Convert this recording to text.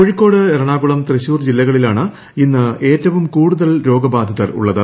കോഴിക്കോട് എറണാകുളം തൃശൂർ ജില്ലകളിലാണ് ഇന്ന് ഏറ്റവും കൂടുതൽ രോഗബാധിതരുള്ളത്